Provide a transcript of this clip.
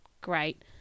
great